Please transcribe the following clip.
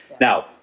Now